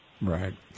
right